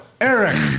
Eric